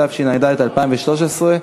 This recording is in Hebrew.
התשע"ד 2013,